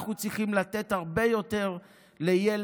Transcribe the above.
אנחנו צריכים לתת הרבה יותר לילד